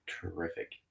terrific